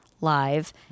live